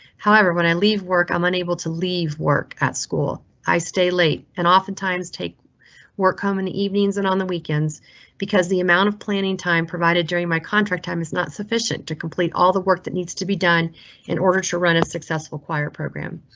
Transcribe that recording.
however, when i leave work, i'm unable to leave work at school i stay late and often times take work home in the evenings and on the weekends because the amount of planning time provided during my contract time is not sufficient to complete all the work that needs to be done in order to run a successful choir program.